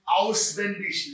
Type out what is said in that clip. auswendig